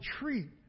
treat